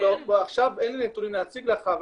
עכשיו אין לי נתונים להציג לך,